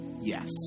yes